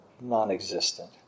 non-existent